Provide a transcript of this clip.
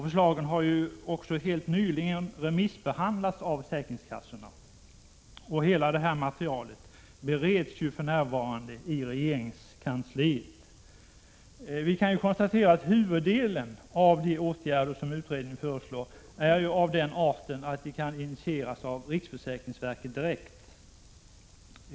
Förslagen har också helt nyligen remissbehandlats av försäkringskassorna, och hela detta material bereds för närvarande i regeringskansliet. Vi kan konstatera att huvuddelen av de åtgärder som utredningen föreslår är av den arten att de kan initieras av riksförsäkringsverket direkt.